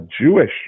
Jewish